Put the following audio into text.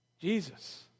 Jesus